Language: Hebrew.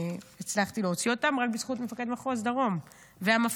שהצלחתי להוציא אותם רק בזכות מפקד מחוז דרום והמפכ"ל.